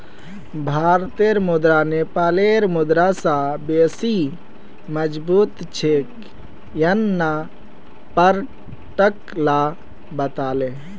भारतेर मुद्रा नेपालेर मुद्रा स बेसी मजबूत छेक यन न पर्यटक ला बताले